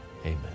Amen